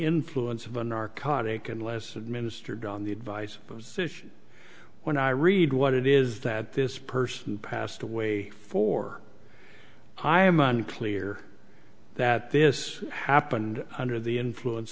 influence of a narcotic unless administered on the advice when i read what it is that this person passed away for i am unclear that this happened under the influence